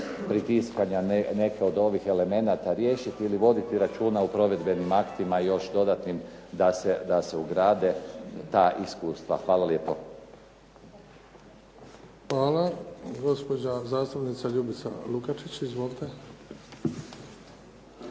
pritiskanja neke od ovih elemenata riješiti ili voditi računa o provedbenim aktima i još dodatnim da se ugrade ta iskustva. Hvala lijepo. **Bebić, Luka (HDZ)** Hvala. Gospođa zastupnica Ljubica Lukačić. Izvolite.